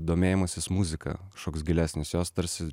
domėjimasis muzika kažkoks gilesnis jos tarsi